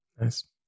nice